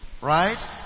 right